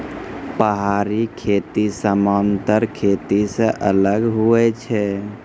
पहाड़ी खेती समान्तर खेती से अलग हुवै छै